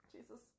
Jesus